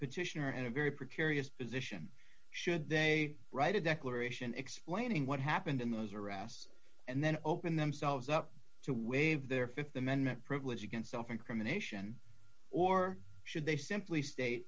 petitioner and a very precarious position should they write a declaration explaining what happened in those arrests and then open themselves up to waive their th amendment privilege against self incrimination or should they simply state